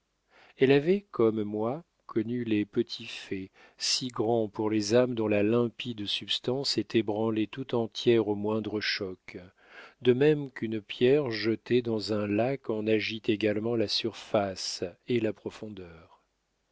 elle avait comme moi connu les petits faits si grands pour les âmes dont la limpide substance est ébranlée tout entière au moindre choc de même qu'une pierre jetée dans un lac en agite également la surface et la profondeur